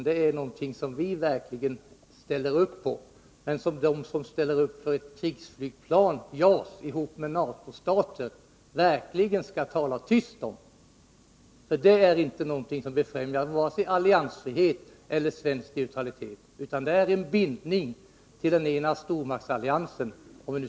Det är någonting som vi verkligen ställer oss bakom, men som de som säger ja till krigsflygplan som JAS tillsammans med NATO-stater verkligen borde tala tyst om. JAS-flygplan befrämjar inte vare sig svensk alliansfrihet eller neutralitet, utan de innebär en bindning till den ena stormaktsalliansen.